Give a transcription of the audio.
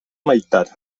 meitat